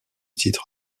titre